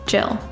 Jill